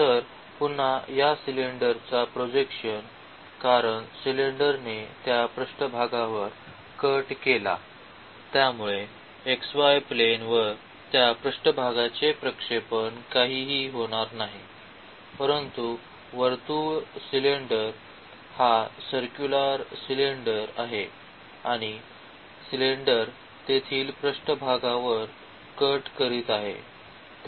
तर पुन्हा या सिलेंडर चा प्रोजेक्शन कारण सिलेंडर ने त्या पृष्ठभागावर कट केला त्यामुळे xy प्लेन वर त्या पृष्ठभागाचे प्रक्षेपण काहीही होणार नाही परंतु वर्तुळ सिलेंडर हा सर्क्युलर सिलेंडर आहे आणि सिलेंडर तेथील पृष्ठभागावर कट करीत आहे